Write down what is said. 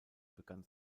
begann